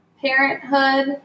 parenthood